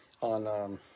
on